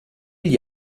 gli